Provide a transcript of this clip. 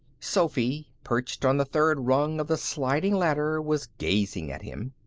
sophy, perched on the third rung of the sliding ladder, was gazing at him.